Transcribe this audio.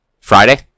Friday